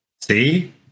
See